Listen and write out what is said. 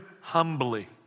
humbly